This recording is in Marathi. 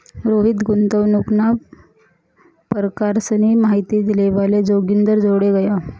रोहित गुंतवणूकना परकारसनी माहिती लेवाले जोगिंदरजोडे गया